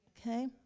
Okay